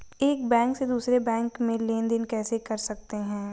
एक बैंक से दूसरे बैंक में लेनदेन कैसे कर सकते हैं?